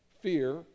fear